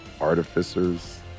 artificers